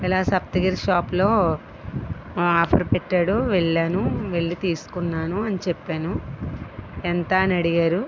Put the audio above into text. ఇలా సప్తగిరి షాప్లో ఆఫర్ పెట్టాడు వెళ్ళాను వెళ్ళి తీసుకున్నాను అని చెప్పాను ఎంత అని అడిగారు